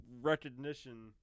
recognition